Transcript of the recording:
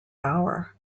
hour